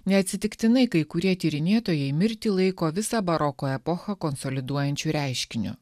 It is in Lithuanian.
neatsitiktinai kai kurie tyrinėtojai mirtį laiko visą baroko epochą konsoliduojančiu reiškiniu